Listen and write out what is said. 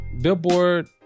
billboard